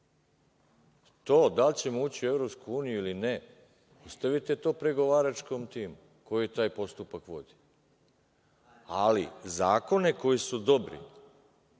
To da li ćemo ući u EU ili ne, ostavite to pregovaračkom timu koji taj postupak vodi ali zakone koji su dobri